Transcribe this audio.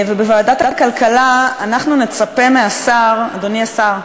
ובוועדת הכלכלה אנחנו נצפה מהשר, אדוני השר,